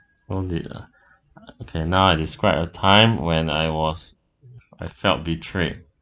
no need ah okay now I describe a time when I was I felt betrayed